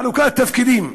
חלוקת תפקידים: